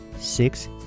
six